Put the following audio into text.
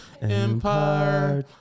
Empire